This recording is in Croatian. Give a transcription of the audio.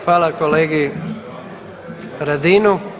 Hvala kolegi Radinu.